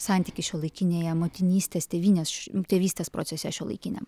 santykis šiuolaikinėje motinystės tėvynės tėvystės procese šiuolaikiniam